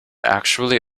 actually